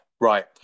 Right